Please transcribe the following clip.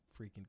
freaking